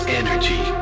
energy